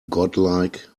godlike